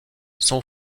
son